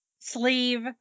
sleeve